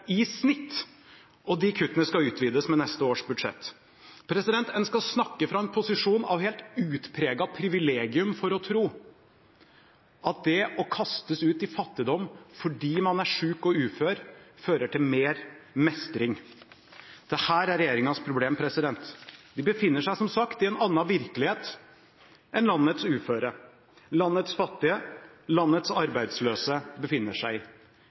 i snitt, og de kuttene skal utvides med neste års budsjett. En skal snakke fra en posisjon av helt utpregede privilegium for å tro at det å kastes ut i fattigdom fordi man er syk og ufør, fører til mer mestring. Dette er regjeringens problem. De befinner seg som sagt i en annen virkelighet enn den landets uføre, landets fattige, landets arbeidsløse befinner seg